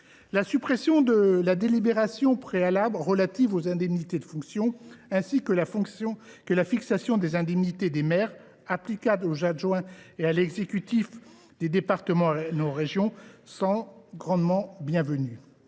La suppression de la délibération préalable relative aux indemnités de fonction et l’extension du principe de fixation des indemnités des maires aux adjoints et à l’exécutif des départements et des régions sont grandement bienvenues.